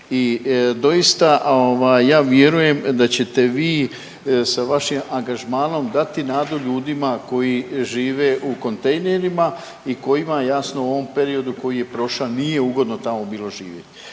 i doista ovaj ja vjerujem da ćete vi sa vašim angažmanom dati nadu ljudima koji žive u kontejnerima i kojima je jasno u ovom periodu koji je prošao nije ugodno tamo bilo živjeti.